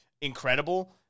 incredible